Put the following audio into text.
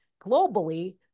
globally